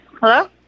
Hello